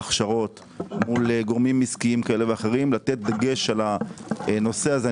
על הכשרות מול גורמים עסקיים כאלה ואחרים לתת דגש על הנושא הזה.